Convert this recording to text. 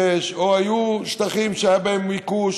או היו שטחים שהיה בהם מיקוש,